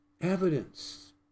evidence